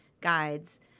guides